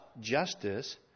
justice